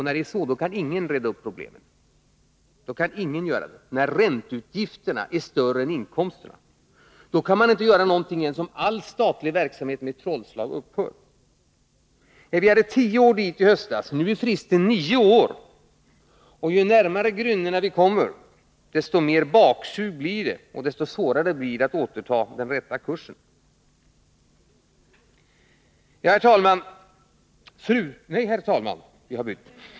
När det är så kan ingen reda upp problemen — när ränteutgifterna är större än inkomsterna. Då kan man inte göra någonting ens om all statlig verksamhet som genom ett trollslag skulle upphöra. Vi hade tio år dit i höstas. Nu är fristen nio år, och ju närmare grynnorna vi kommer, desto mer baksug blir det, och desto svårare blir det att återta den rätta kursen. Herr talman!